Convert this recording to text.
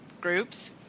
Groups